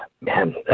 man